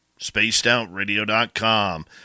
spacedoutradio.com